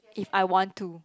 if I want to